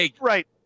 Right